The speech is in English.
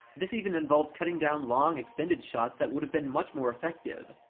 this even involved cutting down long, extended shots that would have been much more effective.